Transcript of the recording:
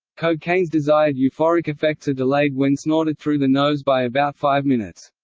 cocaine's desired euphoric effects are delayed when snorted through the nose by about five minutes.